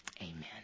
amen